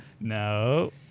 no